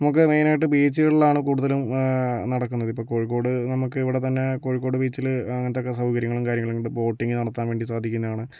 നമുക്ക് മെയ്നായിട്ട് ബീച്ചുകളിലാണ് കൂടുതലും നടക്കുന്നത് ഇപ്പ കോഴിക്കോട് നമുക്ക് ഇവിടെ തന്നെ കോഴിക്കോട് ബീച്ചില് അങ്ങനത്തേക്കെ സൗകര്യങ്ങളും കാര്യങ്ങളണ്ട് ബോട്ടിങ് നടത്താൻ വേണ്ടി സാധിക്കുന്നയാണ്